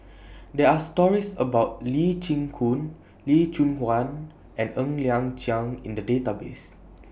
There Are stories about Lee Chin Koon Lee Choon Guan and Ng Liang Chiang in The Database